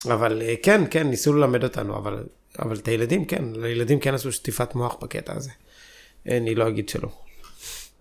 אבל כן, כן, ניסו ללמד אותנו, אבל, אבל את הילדים כן, לילדים כן עשו שטיפת מוח בקטע הזה, אני לא אגיד שלא.